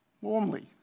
Warmly